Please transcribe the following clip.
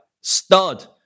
stud